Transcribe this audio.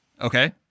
Okay